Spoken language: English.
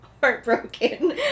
heartbroken